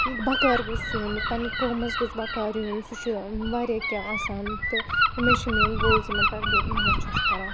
بَکار گوٚژھ یُن پنٛنہِ قومَس گوٚژھ بَکار یُن سُہ چھُ واریاہ کیٚنٛہہ آسان تہٕ یِمَے چھِ میٛٲنۍ گولٕز یِمَن پٮ۪ٹھ بہٕ محنت چھَس کَران